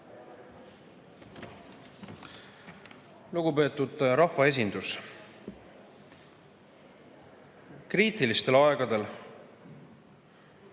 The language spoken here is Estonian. Lugupeetud rahvaesindus! Kriitilistel aegadel